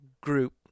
group